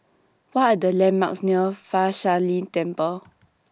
What Are The landmarks near Fa Shi Lin Temple